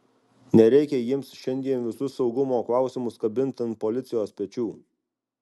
nereikia jiems šiandien visus saugumo klausimus kabint ant policijos pečių